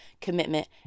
commitment